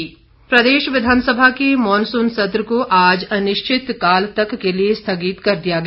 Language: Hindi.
सत्र सम्पन्न प्रदेश विधानसभा के मानसून सत्र को आज अनिश्चितकाल तक के लिए स्थगित कर दिया गया